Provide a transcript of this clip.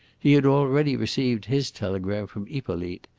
he had already received his telegram from hippolyte.